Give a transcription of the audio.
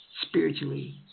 spiritually